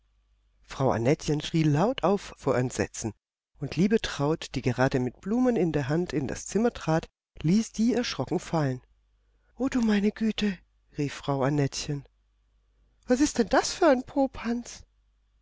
frau annettchen schrie laut auf vor entsetzen und liebetraut die gerade mit blumen in der hand in das zimmer trat ließ die erschrocken fallen o du meine güte rief frau annettchen was ist denn das für ein popanz